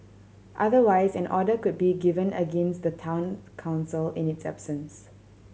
otherwise an order could be given against the Town Council in its absence